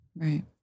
Right